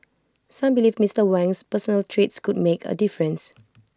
some believe Mister Wang's personal traits could make A difference